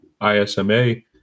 ISMA